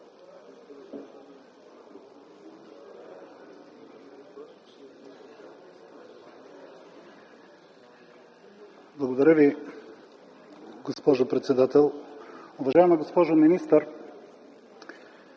Благодаря Ви, госпожо председател. Уважаема госпожо министър,